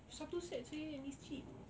satu set seh and it's cheap